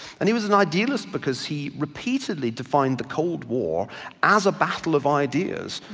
and he was an idealist because he repeatedly defined the cold war as a battle of ideas.